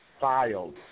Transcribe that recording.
filed